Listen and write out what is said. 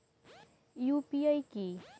UPI কি?